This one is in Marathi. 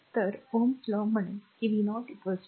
तर Ωs law म्हणेल की v0 4 i 0